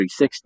360